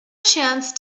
chance